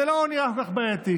זה לא נראה כל כך בעייתי.